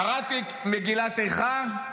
קראתי את מגילת איכה,